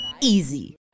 Easy